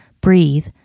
Breathe